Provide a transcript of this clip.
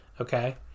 Okay